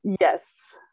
Yes